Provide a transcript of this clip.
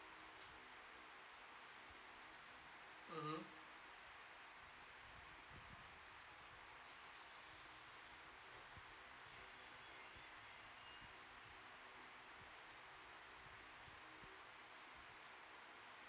mmhmm